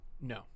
No